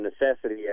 necessity